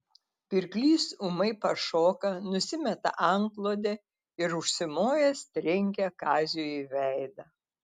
pirklys ūmai pašoka nusimeta antklodę ir užsimojęs trenkia kaziui į veidą